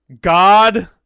God